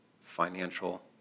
financial